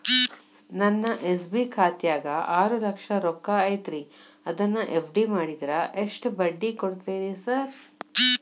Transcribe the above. ನನ್ನ ಎಸ್.ಬಿ ಖಾತ್ಯಾಗ ಆರು ಲಕ್ಷ ರೊಕ್ಕ ಐತ್ರಿ ಅದನ್ನ ಎಫ್.ಡಿ ಮಾಡಿದ್ರ ಎಷ್ಟ ಬಡ್ಡಿ ಕೊಡ್ತೇರಿ ಸರ್?